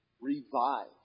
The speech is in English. revive